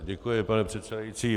Děkuji, pane předsedající.